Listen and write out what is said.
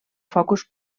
focus